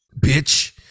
bitch